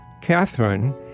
Catherine